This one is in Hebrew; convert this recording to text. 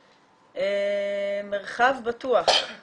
פורום מרחבים בטוחים